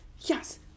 yes